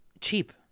cheap